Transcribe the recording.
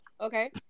okay